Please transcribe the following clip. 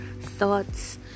thoughts